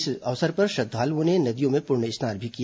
इस अवसर पर श्रद्वालुओं ने नदियों में पुण्य स्नान भी किया